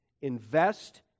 Invest